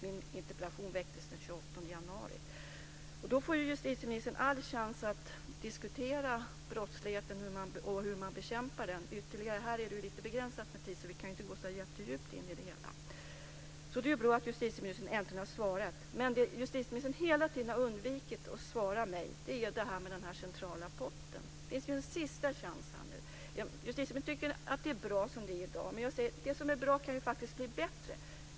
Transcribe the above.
Justitieministern får nu all chans att ytterligare diskutera brottsligheten och hur man bekämpar den. Här i kammaren är det lite begränsat med tid. Vi kan inte gå så väldigt djupt in i det hela. Det är bra att justitieministern äntligen har svarat. Justitieministern har hela tiden har undvikit att ge mig svar på frågan om den centrala potten. Han får nu en sista chans. Justitieministern tycker att det är bra som det är i dag. Men det som är bra kan faktiskt bli bättre.